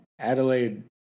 Adelaide